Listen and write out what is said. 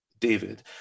David